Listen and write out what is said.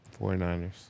49ers